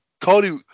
Cody